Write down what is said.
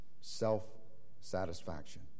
self-satisfaction